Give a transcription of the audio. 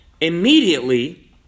immediately